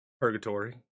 Purgatory